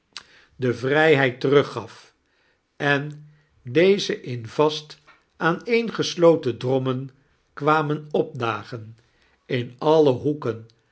de vrijheid teruggai en deze in vast aaneengesloten drommen kwamen opdagen in alle hoeken